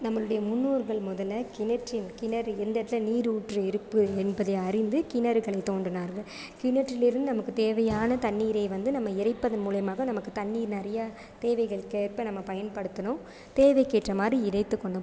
நம்மளுடைய முன்னோர்கள் முதல்ல கிணற்றின் கிணறு எந்த இடத்தில் நீரூற்று இருப்பு என்பதை அறிந்து கிணறுகளைத் தோண்டினார்கள் கிணற்றிலிருந்து நமக்கு தேவையான தண்ணீரை வந்து நம்ம இறைப்பதன் மூலிமாக நமக்கு தண்ணீர் நிறைய தேவைகளுக்கு ஏற்ப நம்ம பயன்படுத்தினோம் தேவைக்கேற்ற மாதிரி இறைத்துக் கொண்டோம்